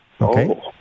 Okay